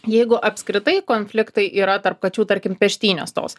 jeigu apskritai konfliktai yra tarp kačių tarkim peštynės tos